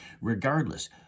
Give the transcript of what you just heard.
Regardless